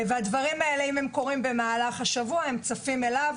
אם הדברים האלה קורים במהלך השבוע הם עוברים אליו,